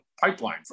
pipeline